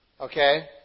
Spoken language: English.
okay